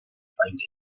find